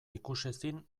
ikusezin